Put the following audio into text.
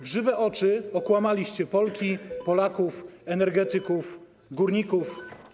W żywe oczy okłamaliście Polki, Polaków, energetyków, górników.